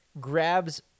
grabs